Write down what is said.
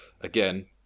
again